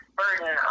burden